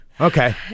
Okay